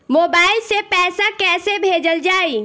Mobile से पैसा कैसे भेजल जाइ?